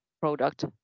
product